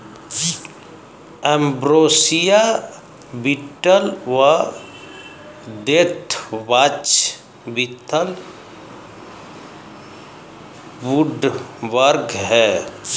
ambrosia beetle व deathwatch beetle woodworm हैं